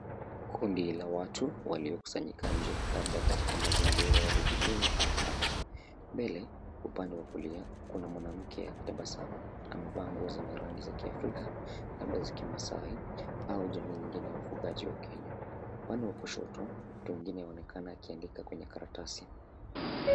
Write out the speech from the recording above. Kundi la watu waliokusanyika nje labda katika mazingira ya vijijini au kame. Mbele upande wa kulia kuna mwanamke akitabasamu. Amevaa nguo zenye rangi za kiafrika labda za kimasai au jamii nyingine ya wafugaji wa Kenya. Upande wa kushoto, watu wengine wanaonekana wakiandika kwenye karatasi.